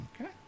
Okay